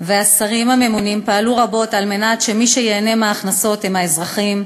והשרים הממונים פעלו רבות כדי שמי שייהנו מההכנסות יהיו האזרחים,